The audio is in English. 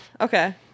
Okay